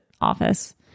office